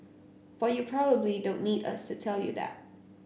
but you probably don't need us to tell you that